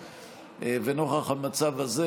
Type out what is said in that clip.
ונוכח המצב הזה,